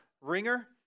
ringer